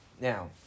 Now